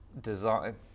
design